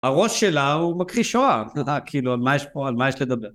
הראש שלה הוא מכחיש שואה, מה כאילו? מה? על מה פה, מה יש לדבר?